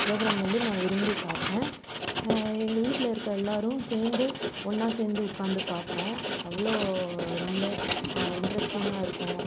program வந்து நான் விரும்பி பார்ப்பேன் எங்கள் வீட்டில இருக்க எல்லாரும் சேர்ந்து ஒன்னாக சேர்ந்து உட்காந்து பார்ப்போம் அவ்வளோ ரொம்ப இன்ட்ரஸ்டிங்காக இருக்கும்